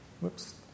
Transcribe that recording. Whoops